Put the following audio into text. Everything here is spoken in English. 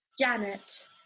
Janet